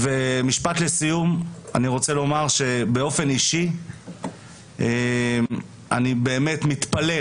לסיום, אני רוצה לומר שבאופן אישי אני באמת מתפלל